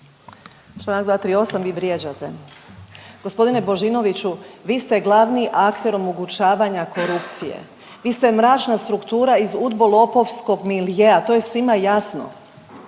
Čl. 238, vi vrijeđate. G. Božinoviću, vi ste glavni akter omogućavanja korupcije. Vi ste mračna struktura iz udbo-lopovskom miljea, to je svima jasno.